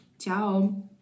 ciao